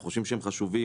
אנחנו חושבים שהם חשובים,